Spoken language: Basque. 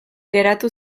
geratu